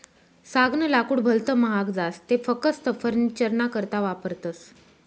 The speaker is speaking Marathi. सागनं लाकूड भलत महाग जास ते फकस्त फर्निचरना करता वापरतस